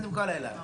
ישנתם כל הלילה.